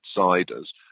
outsiders